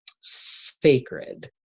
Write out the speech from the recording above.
sacred